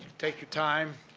take your time.